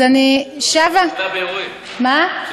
אז אני שבה, זה אומר הפרדה באירועים, בסדר.